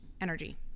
energy